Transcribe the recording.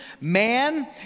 man